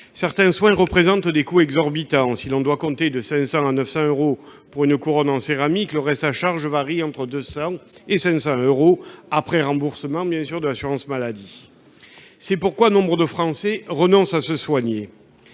Certains soins représentent des coûts exorbitants. Si l'on doit compter de 500 à 900 euros pour une couronne en céramique, le reste à charge varie entre 200 et 500 euros, après remboursement de l'assurance maladie. C'est pourquoi nombre de Français renoncent à se soigner.